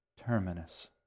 Terminus